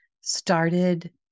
started